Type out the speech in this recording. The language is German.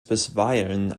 bisweilen